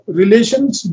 relations